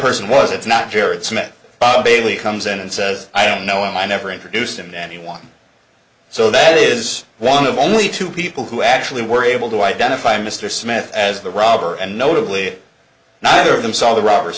person was it's not jared smith bob a week comes in and says i don't know him i never introduced him that anyone so that is one of only two people who actually were able to identify mr smith as the robber and notably neither of them saw the robbers